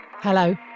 Hello